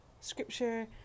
scripture